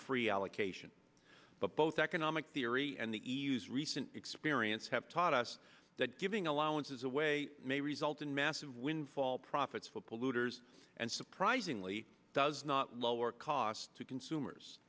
free allocation but both economic theory and the e u s recent experience have taught us that giving allowances away may result in massive windfall profits for polluters and surprisingly does not lower cost to consumers